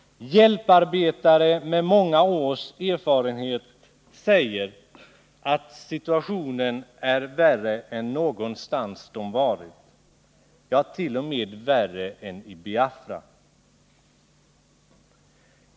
Hjälparbetare med många års erfarenhet säger att situationen är värre än någonstans där de varit, ja, t.o.m. värre än i Biafra.